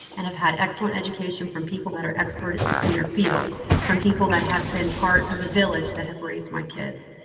and have had excellent education from people that are experts in their field from people that have been part of the village that have raised my kids.